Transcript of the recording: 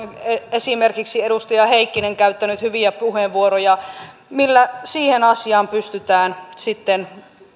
esimerkiksi edustaja heikkinen käyttänyt hyviä puheenvuoroja siitä millä siihen asiaan pystytään sitten